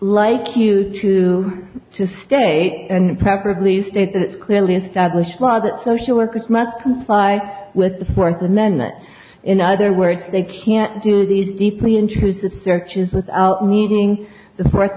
you to to stay and preferably state that it's clearly established law that social workers must comply with the fourth amendment in other words they can do these deeply intrusive searches without needing the fourth